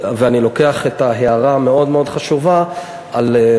ואני לוקח את ההערה המאוד מאוד חשובה שאמרת,